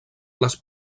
les